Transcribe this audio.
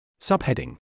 Subheading